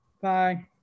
Bye